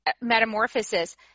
metamorphosis